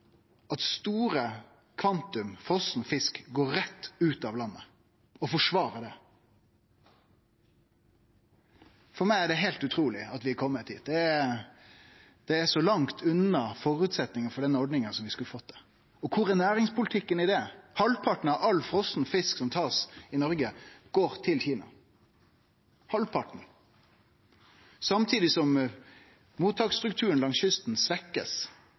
at store kvantum frosenfisk går rett ut av landet, og forsvarer det. For meg er det heilt utruleg at vi er komne dit. Det er så langt unna føresetnaden for den ordninga som vi skulle ha fått til. Og kor er næringspolitikken i det? Halvparten av all frosenfisk som blir tatt i Noreg, går til Kina – halvparten, samtidig som mottaksstrukturen langs kysten